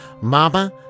Mama